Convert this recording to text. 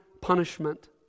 punishment